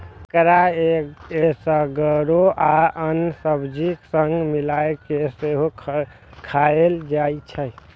एकरा एसगरो आ आन सब्जीक संग मिलाय कें सेहो खाएल जाइ छै